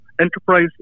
enterprise